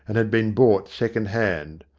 and had been bought second-hand.